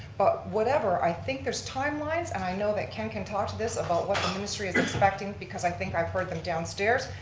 but whatever, i think there's timelines, and i know that ken can talk to this about what the ministry is expecting because i think i've heard them downstairs.